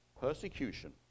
persecution